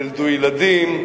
תלדו ילדים,